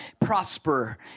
prosper